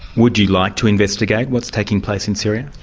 would you like to investigate what's taking place in syria?